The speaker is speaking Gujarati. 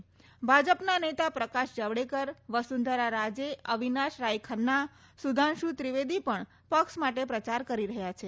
ચૂંટણી રેલીને ભાજપના નેતા પ્રકાશ જાવડેકર વસુંધરા રાજે અવિનાશ રાય ખન્ના સુધાશું ત્રિવેદી પણ પક્ષ માટે પ્રચાર કરી રહ્યા છે